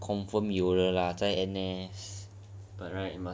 !aiyo! that one confirmed 有的 lah 在 N_S